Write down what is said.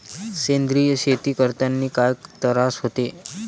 सेंद्रिय शेती करतांनी काय तरास होते?